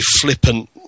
flippant